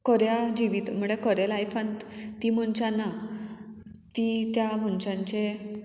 खऱ्या जिवीत म्हळ्यार खऱ्या लायफांत ती मनशां ना ती त्या मनशांचे